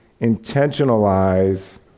intentionalize